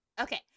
okay